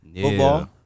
football